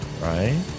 right